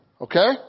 Okay